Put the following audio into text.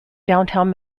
downtown